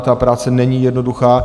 Ta práce není jednoduchá.